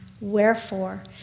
Wherefore